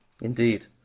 indeed